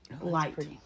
Light